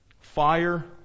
Fire